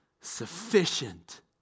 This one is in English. sufficient